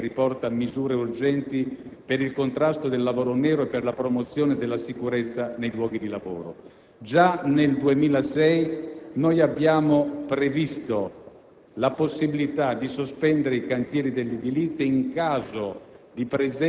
la legge n. 248 del 2006 che, all'articolo 36-*bis*, riporta: «Misure urgenti per il contrasto del lavoro nero e per la promozione della sicurezza nei luoghi di lavoro». Già nel 2006 abbiamo previsto: